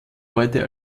heute